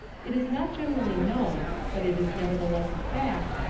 it is not generally known, but it is neverthe less a fact,